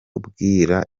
ubwira